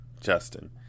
Justin